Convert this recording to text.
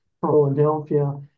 Philadelphia